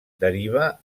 deriva